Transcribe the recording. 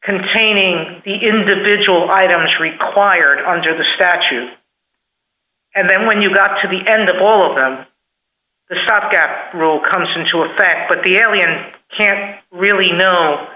containing the individual items required under the statute and then when you got to the end of all of the stop gap rule comes into effect but the alien can't really know